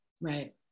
Right